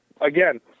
again